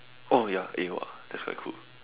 oh ya eh !wah! that's quite cool